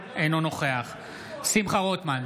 אינו נוכח שמחה רוטמן,